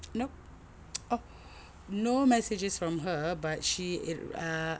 nope oh no messages from her but she err